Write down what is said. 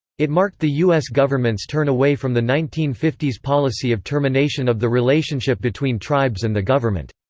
it marked the u s. government's turn away from the nineteen fifty s policy of termination of the relationship between tribes and the government.